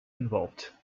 involved